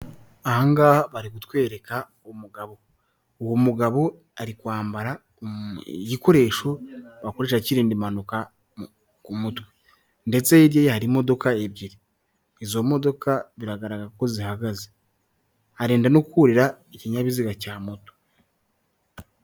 Aha ngaha bari kutwereka umugabo, uwo mugabo ari kwambara igikoresho bakoresha kirinda impanuka ku mutwe ndetse hirya ye hari imodoka ebyiri, izo modoka biragaragara ko zihagaze, arenda no kurira ikinyabiziga cya moto.